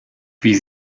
wie